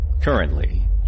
Currently